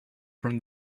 from